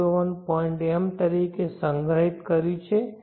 m તરીકે સંગ્રહિત કર્યું છે